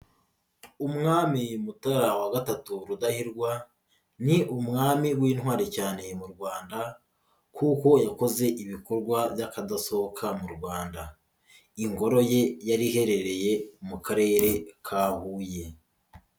Umwami Mutara wa gatatu Rudahigwa ni umwami w'intwari cyane mu Rwanda kuko yakoze ibikorwa by'akadasohoka mu Rwanda, ingoro ye yari iherereye mu karere ka Huye.